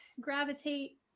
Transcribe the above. gravitate